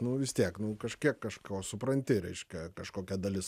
nu vis tiek nu kažkiek kažko supranti reiškia kažkokia dalis